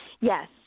Yes